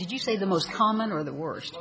did you say the most common or the worst